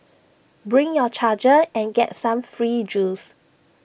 bring your charger and get some free juice